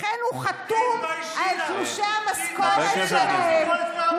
לכן הוא חתום על תלושי המשכורת שלהם.